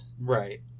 Right